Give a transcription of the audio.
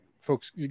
folks